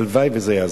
הלוואי שזה יעזור.